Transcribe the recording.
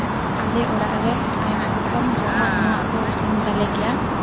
ᱟᱞᱮ ᱚᱲᱟᱜ ᱨᱮ ᱟᱭᱢᱟ ᱨᱚᱠᱚᱢ ᱡᱚᱢᱟᱜ ᱧᱩᱣᱟᱜ ᱠᱚ ᱤᱥᱤᱱ ᱛᱟᱞᱮᱜᱮᱭᱟ